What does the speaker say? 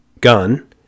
gun